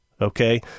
okay